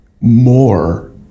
more